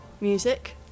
music